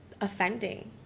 offending